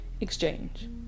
exchange